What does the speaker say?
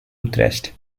utrecht